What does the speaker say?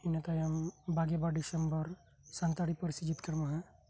ᱤᱱᱟᱹ ᱛᱟᱭᱚᱢ ᱵᱟᱨᱜᱮ ᱵᱟᱨ ᱰᱤᱥᱮᱢᱵᱚᱨ ᱥᱟᱱᱛᱟᱞᱤ ᱯᱟᱹᱨᱥᱤ ᱡᱚᱛᱠᱟᱹᱨ ᱢᱟᱦᱟ